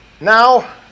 Now